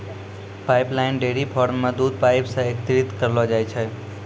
pipeline dairy farm म दूध pipe सें एकत्रित करलो जाय छै